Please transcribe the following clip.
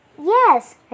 Yes